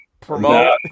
Promote